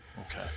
Okay